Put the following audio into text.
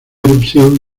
erupción